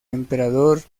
emperador